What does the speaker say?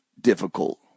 difficult